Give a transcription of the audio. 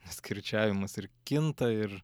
nes kirčiavimas ir kinta ir